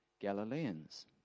Galileans